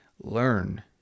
learn